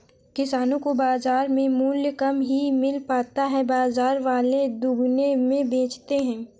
किसानो को बाजार में मूल्य कम ही मिल पाता है बाजार वाले दुगुने में बेचते है